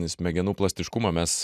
smegenų plastiškumą mes